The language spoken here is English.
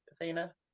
Athena